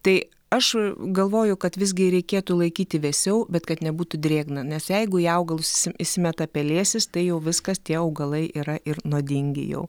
tai aš galvoju kad visgi reikėtų laikyti vėsiau bet kad nebūtų drėgna nes jeigu į augalus įsi įsimeta pelėsis tai jau viskas tie augalai yra ir nuodingi jau